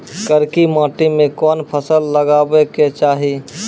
करकी माटी मे कोन फ़सल लगाबै के चाही?